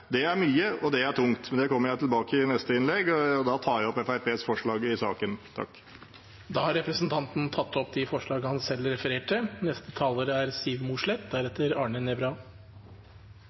det er tungt, men det kommer jeg tilbake til i neste innlegg. Da tar jeg opp forslagene Fremskrittspartiet er med på i saken og forslag nr. 3, fra Bård Hoksrud og meg selv. Representanten Tor André Johnsen har tatt opp de forslagene han refererte